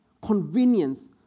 convenience